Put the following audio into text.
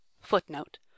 Footnote